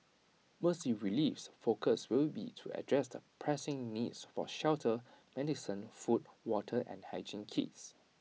Mercy Relief's focus will be to address the pressing needs for shelter medicine food water and hygiene kits